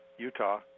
utah